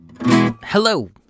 Hello